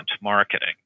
marketing